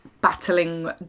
battling